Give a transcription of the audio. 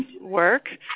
work